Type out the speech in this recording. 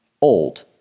old